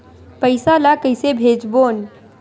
पईसा ला कइसे भेजबोन?